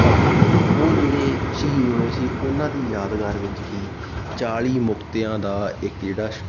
ਅਤੇ ਉਹ ਜਿਹੜੇ ਸ਼ਹੀਦ ਹੋਏ ਸੀ ਉਹਨਾਂ ਦੀ ਯਾਦਗਾਰ ਵਿੱਚ ਹੀ ਚਾਲ੍ਹੀ ਮੁਕਤਿਆਂ ਦਾ ਇੱਕ ਜਿਹੜਾ